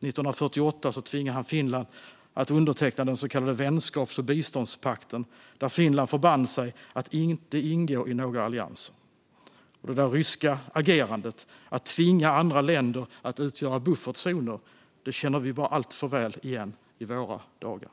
1948 tvingade han Finland att underteckna den så kallade vänskaps och biståndspakten, där Finland förband sig att inte ingå i några allianser. Det där ryska agerandet, att tvinga andra länder att utgöra buffertzoner, känner vi bara alltför väl igen i våra dagar.